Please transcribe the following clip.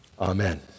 Amen